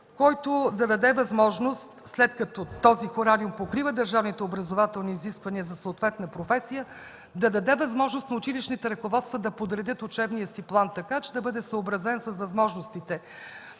общия им хорариум, и след като този хорариум покрива държавните образователни изисквания за съответна професия, да даде възможност на училищните ръководства да подредят учебния си план така, че да бъде съобразен с възможностите